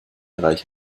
reich